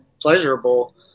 pleasurable